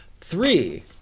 Three